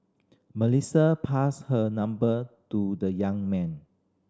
Melissa passed her number to the young man